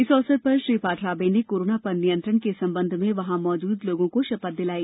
इस अवसर पर श्री पाठराबे ने कोरोना पर नियंत्रण के संबंध में वहां मौजूद लोगों को शपथ दिलाई